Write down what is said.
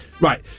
Right